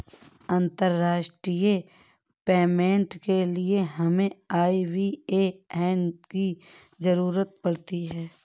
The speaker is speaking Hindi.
अंतर्राष्ट्रीय पेमेंट के लिए हमें आई.बी.ए.एन की ज़रूरत पड़ती है